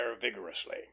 vigorously